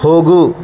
ಹೋಗು